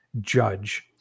judge